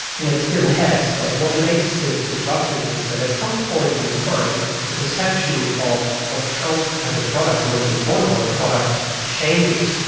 it still has. but what makes it disruptive is that at some point in time the perception of what counts as a product and what is important about a product changes.